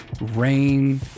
rain